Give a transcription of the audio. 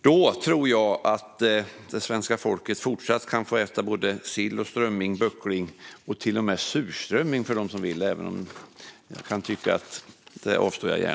Då tror jag att svenska folket fortsatt kan få äta både sill, strömming, böckling och, de som vill, till och med surströmming - även om jag gärna avstår.